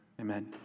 Amen